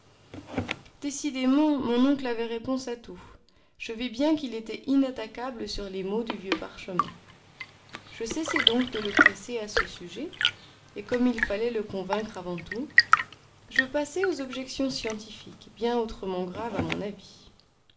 décidément mon oncle avait réponse à tout je vis bien qu'il était inattaquable sur les mots du vieux parchemin je cessai donc de le presser à ce sujet et comme il fallait le convaincre avant tout je passais aux objections scientifiques bien autrement graves à mon avis